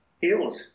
healed